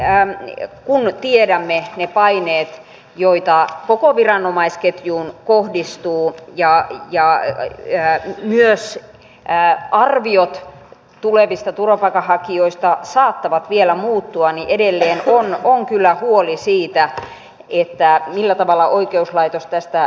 mutta silti kun tiedämme ne paineet joita koko viranomaisketjuun kohdistuu ja myös arviot tulevista turvapaikanhakijoista saattavat vielä muuttua edelleen on kyllä huoli siitä millä tavalla oikeuslaitos tästä selviää